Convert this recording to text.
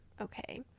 okay